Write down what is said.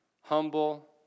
humble